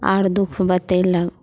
आओर दुःख बतेलक